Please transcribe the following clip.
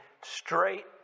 straight